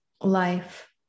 life